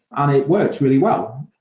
and it worked really well.